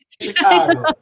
Chicago